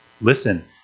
listen